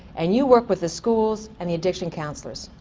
and you work with the schools and the addiction counselors.